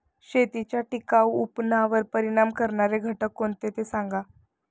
शेतीच्या टिकाऊपणावर परिणाम करणारे घटक कोणते ते सांगा